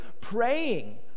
praying